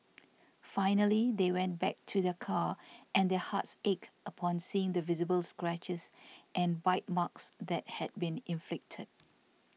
finally they went back to their car and their hearts ached upon seeing the visible scratches and bite marks that had been inflicted